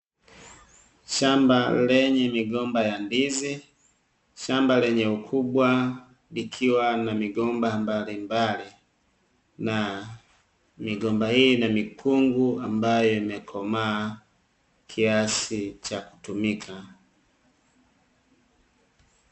Shamba lenye migomba ya ndizi, shamba lenye ukubwa likiwa na migomba mbalimbali na migomba hii ina mikungu ambayo imekomaa kiasi cha kutumika.